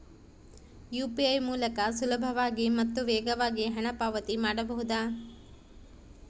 UPI ಮೂಲಕ ಸುಲಭವಾಗಿ ಮತ್ತು ವೇಗವಾಗಿ ಹಣ ಪಾವತಿ ಮಾಡಬಹುದಾ?